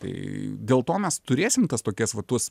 tai dėl to mes turėsim tas tokias va tuos